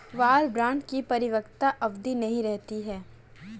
war bond की परिपक्वता अवधि नहीं रहती है